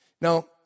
Now